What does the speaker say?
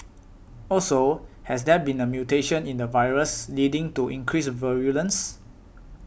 also has there been a mutation in the virus leading to increased virulence